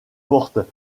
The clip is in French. portes